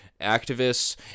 activists